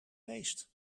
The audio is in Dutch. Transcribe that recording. feest